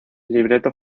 libreto